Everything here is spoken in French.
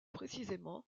précisément